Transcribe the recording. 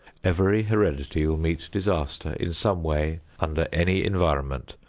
every heredity will meet disaster in some way under any environment,